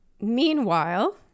meanwhile